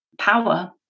power